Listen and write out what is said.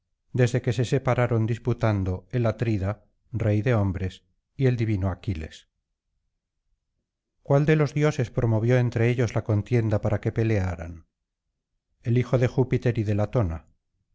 desde que se separaron disputando el atrida rey de hombres y el divino aquiles cuál de los dioses promovió entre ellos la contienda para que pelearan el hijo de júpiter y de latona